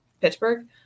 Pittsburgh